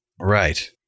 right